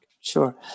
Sure